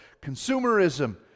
Consumerism